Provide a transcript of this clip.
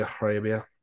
Arabia